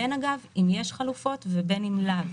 בין אם יש חלופות ובין אם לאו.